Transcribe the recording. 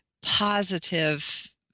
positive